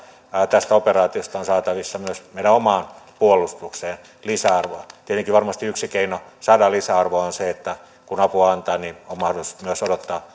tästä operaatiosta on saatavissa myös meidän omaan puolustukseemme lisäarvoa tietenkin varmasti yksi keino saada lisäarvoa on se että kun apua antaa on mahdollisuus myös odottaa